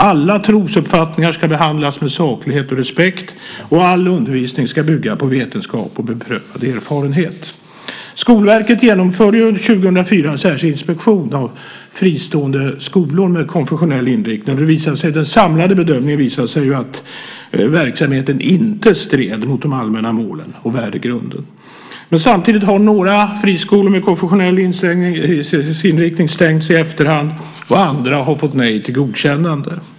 Alla trosuppfattningar ska behandlas med saklighet och respekt, och all undervisning ska bygga på vetenskap och beprövad erfarenhet. Skolverket genomförde under 2004 en särskild inspektion av fristående skolor med konfessionell inriktning där det i den samlade bedömningen visade sig att verksamheten inte stred mot de allmänna målen och värdegrunden. Samtidigt har några friskolor med konfessionell inriktning stängts i efterhand, och andra har fått nej till godkännande.